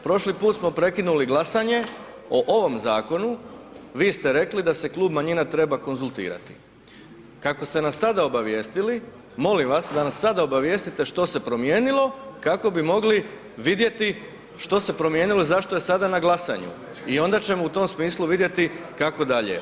Prošli put smo prekinuli glasanje o ovom zakonu, vi ste rekli da se klub manjina treba konzultirati, kako ste nas tada obavijestili molim vas da nas sada obavijestite što se promijenilo kako bi mogli vidjeti što se promijenilo i zašto je sada na glasanju i onda ćemo u tom smislu vidjeti kako dalj.